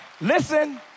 Listen